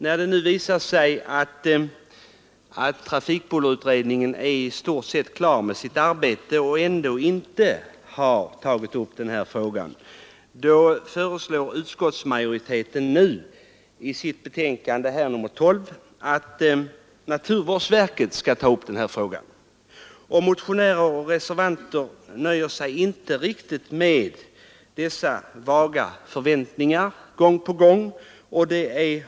När det nu visat sig att trafikbullerutre dningen är i stort sett klar med sitt arbete men ändå inte har tagit upp denna fråga föreslår utskottsmajoriteten i sitt betänkande nr 12 iår, att naturvårdsverket skall ta upp spörsmålet. Motionärer och reservanter nöjer sig inte med dessa gång på gång vagt uttalade förväntningar.